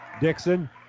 Dixon